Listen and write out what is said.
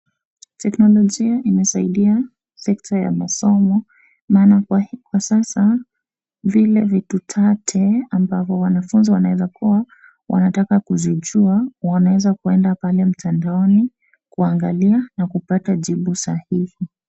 Teknolojia imesaidia sekta ya masomo na maana kwa sasa vile vitu tate ambavyo wanafunzi wanaeza kuwa wanataka kuzijua wanaweza kwenda pale mtandaoni kuangalia na kupata jibu sahihi.